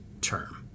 term